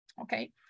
Okay